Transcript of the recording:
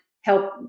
help